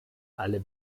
alle